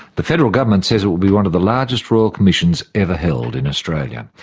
the federal government says it will be one of the largest royal commissions ever held in australia.